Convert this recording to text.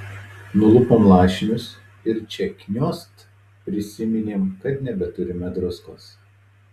nulupom lašinius ir čia kniost prisiminėm kad nebeturime druskos